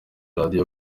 radio